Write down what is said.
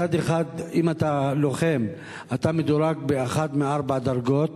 מצד אחד, אם אתה לוחם, אתה מדורג באחת מארבע דרגות